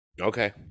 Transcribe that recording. okay